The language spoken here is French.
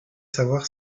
savoir